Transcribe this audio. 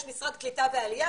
יש משרד קליטה ועלייה,